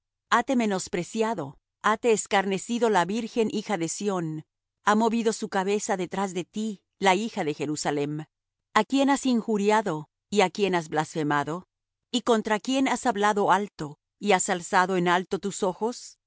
hate menospreciado hate escarnecido la virgen hija de sión ha movido su cabeza detrás de ti la hija de jerusalem a quién has injuriado y á quién has blasfemado y contra quién has hablado alto y has alzado en alto tus ojos